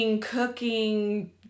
Cooking